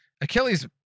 Achilles